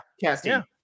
casting